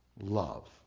love